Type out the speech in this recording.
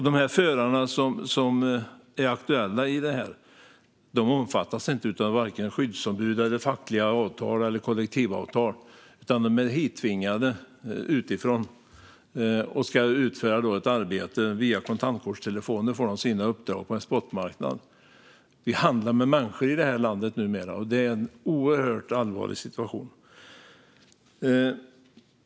De förare som är aktuella här omfattas inte av skyddsombud, fackliga avtal eller kollektivavtal, utan de är hittvingade utifrån och ska utföra ett arbete. Via kontantkortstelefoner får de sina uppdrag på en spotmarknad. Vi handlar med människor i det här landet numera, och det är en oerhört allvarlig situation.